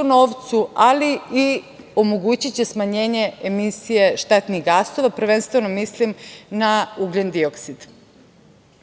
u novcu, ali i omogućiće smanjenje emisije štetnih gasova, prvenstveno mislim na ugljen-dioksid. Da